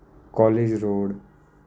college road